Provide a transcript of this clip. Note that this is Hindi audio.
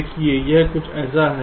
देखिए यह कुछ ऐसा है